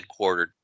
headquartered